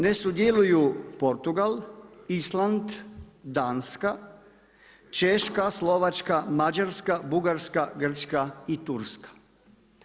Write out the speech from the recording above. Ne sudjeluju: Portugal, Island, Danska, Češka, Slovačka, Mađarska, Bugarska, Grčka i Turska.